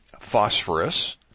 phosphorus